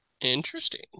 Interesting